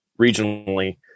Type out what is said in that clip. regionally